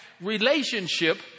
relationship